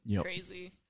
Crazy